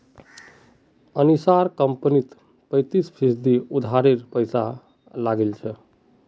अनीशार कंपनीत पैंतीस फीसद उधारेर पैसा लागिल छ